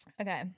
Okay